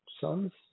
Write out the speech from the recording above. sons